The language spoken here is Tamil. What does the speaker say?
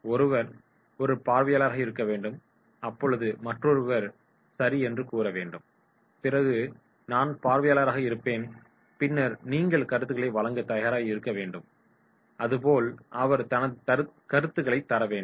ஒருவர் ஒரு பார்வையாளராக இருக்க வேண்டும் அப்பொழுது மற்றொருவர் சரி என்று கூறு வேண்டும் பிறகு நான் பார்வையாளராக இருப்பேன் பின்னர் நீங்கள் கருத்துக்களை வழங்கத் தயாராக இருக்க வேண்டும் அதுபோல் அவர் தனது கருத்துக்களைத் தர வேண்டும்